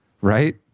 right